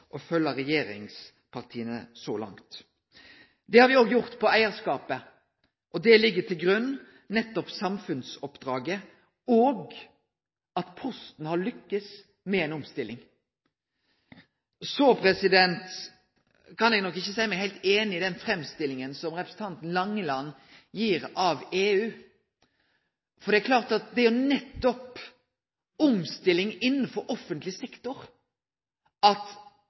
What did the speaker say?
å følgje regjeringspartia så langt. Det har me òg gjort med omsyn til eigarskapen. Nettopp samfunnsoppdraget og det at Posten har lukkast med ei omstilling, ligg til grunn. Så kan eg nok ikkje seie meg heilt einig i den framstillinga som representanten Langeland gir av EU. Det er klart at det er nettopp ei omstilling innanfor offentleg sektor at